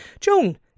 Joan